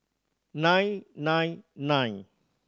nine nine nine